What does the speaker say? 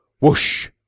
whoosh